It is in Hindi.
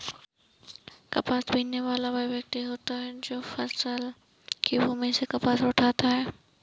कपास बीनने वाला वह व्यक्ति होता है जो फसल की भूमि से कपास उठाता है